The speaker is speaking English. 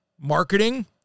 marketing